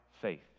faith